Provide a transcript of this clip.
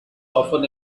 often